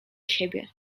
siebie